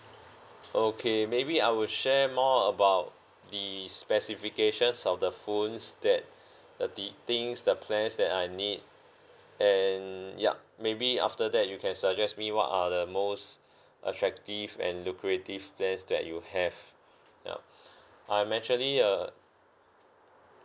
okay maybe I will share more about the specifications of the phones that the the things the plans that I need and yup maybe after that you can suggest me what are the most attractive and lucrative plans that you have yup I'm actually uh